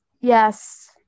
yes